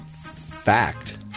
Fact